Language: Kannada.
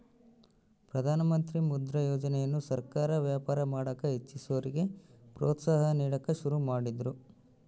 ಪ್ರಧಾನಮಂತ್ರಿ ಮುದ್ರಾ ಯೋಜನೆಯನ್ನ ಸರ್ಕಾರ ವ್ಯಾಪಾರ ಮಾಡಕ ಇಚ್ಚಿಸೋರಿಗೆ ಪ್ರೋತ್ಸಾಹ ನೀಡಕ ಶುರು ಮಾಡಿದ್ರು